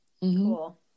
Cool